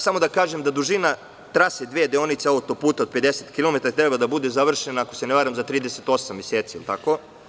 Samo da kažem da dužina trase dve deonice autoputa od 50 kilometara treba da bude završena, ako se ne varam, za 38 meseci, je li tako?